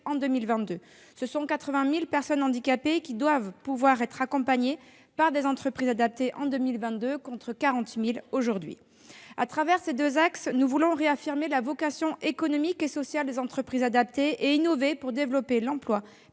en 2022. Ce sont 80 000 personnes handicapées qui doivent pouvoir être accompagnées par des entreprises adaptées en 2022, contre 40 000 aujourd'hui. Au travers de ces deux axes, nous voulons réaffirmer la vocation économique et sociale des entreprises adaptées et innover pour développer l'emploi